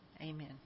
Amen